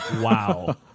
wow